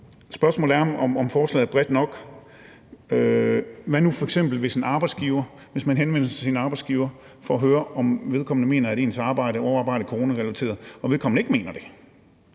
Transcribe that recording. Spørgsmålet er, om forslaget er bredt nok. Hvad nu f.eks., hvis man henvender sig til sin arbejdsgiver for at høre, om vedkommende mener, at ens arbejde og overarbejde er coronarelateret, og vedkommende ikke mener det